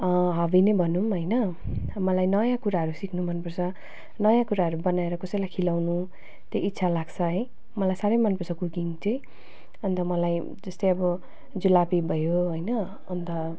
hobby नै भनौँ होइन मलाई नयाँ कुराहरू सिक्नु मनपर्छ नयाँ कुराहरू बनाएर कसैलाई खुवाउनु त्यही इच्छा लाग्छ है मलाई साह्रै मनपर्छ कुकिङ चाहिँ अन्त मलाई त्यस्तै अब जुलबी भयो होइन अन्त